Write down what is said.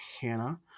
Hannah